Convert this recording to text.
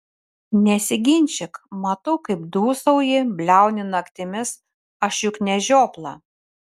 nesiginčyk matau kaip dūsauji bliauni naktimis aš juk ne žiopla